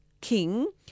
King